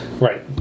Right